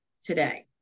today